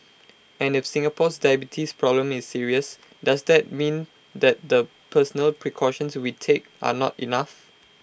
and if Singapore's diabetes problem is serious does that mean that the personal precautions we take are not enough